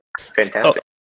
fantastic